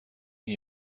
این